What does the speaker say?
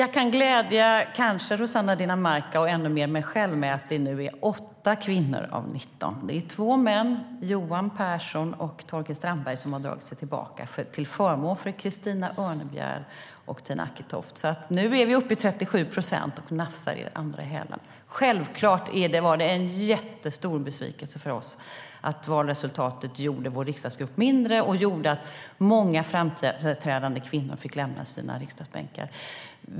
Fru talman! Jag kan glädja Rossana Dinamarca och ännu mer mig själv med att det nu är 8 kvinnor av 19 ledamöter. Två män, Johan Pehrson och Torkild Strandberg, har dragit sig tillbaka till förmån för Christina Örnebjär och Tina Acketoft. Så nu är vi uppe i 37 procent och nafsar er andra i hälarna. Självklart var det en jättestor besvikelse för oss att valresultatet gjorde vår riksdagsgrupp mindre så att många framträdande kvinnor fick lämna sina riksdagsbänkar.